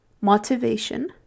Motivation